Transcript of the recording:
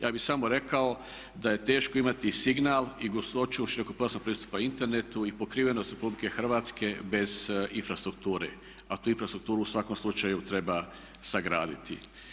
Ja bi samo rekao da je teško imati signal i gustoću širokopojasnog pristupa internetu i pokrivenost RH bez infrastrukture, a tu infrastrukturu u svakom slučaju treba sagraditi.